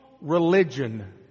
religion